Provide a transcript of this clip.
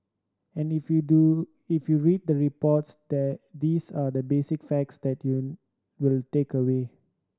and if you do if you read the reports there these are the basic facts that you'll will take away